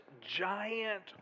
giant